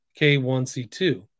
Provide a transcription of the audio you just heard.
K1C2